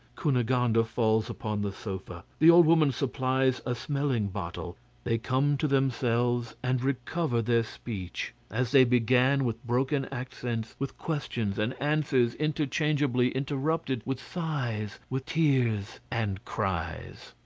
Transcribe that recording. cunegonde falls upon the sofa. the old woman supplies a smelling bottle they come to themselves and recover their speech. as they began with broken accents, with questions and answers interchangeably interrupted with sighs, with tears, and cries.